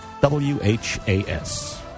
WHAS